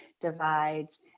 divides